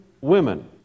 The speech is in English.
women